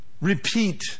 repeat